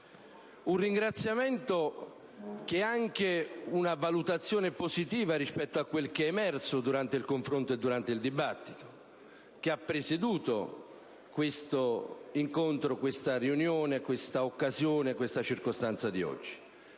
Il ringraziamento è anche una valutazione positiva rispetto a quanto emerso durante il dibattito che ha preceduto questo incontro, questa riunione, questa occasione e questa circostanza di oggi.